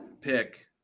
pick